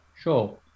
Sure